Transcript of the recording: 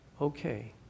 okay